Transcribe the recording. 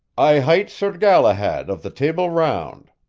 i hight sir galahad of the table round.